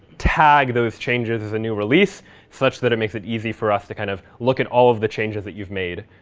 tag those changes as a new release such that it makes it easy for us to kind of look at all of the changes that you've made.